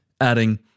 adding